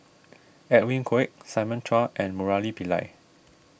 Edwin Koek Simon Chua and Murali Pillai